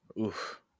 Oof